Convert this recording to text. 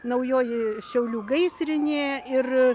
naujoji šiaulių gaisrinė ir